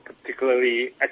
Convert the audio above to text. particularly